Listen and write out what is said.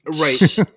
right